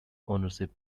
ownership